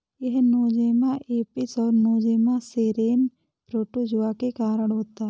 यह Nosema apis और Nosema ceranae protozoa के कारण होता है